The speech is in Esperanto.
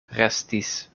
restis